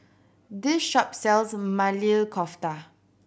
this shop sells Maili Kofta